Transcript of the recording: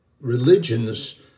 religions